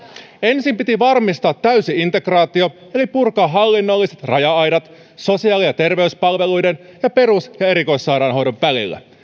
ensin piti varmistaa täysi integraatio eli purkaa hallinnolliset raja aidat sosiaali ja terveyspalveluiden ja perus ja ja erikoissairaanhoidon välillä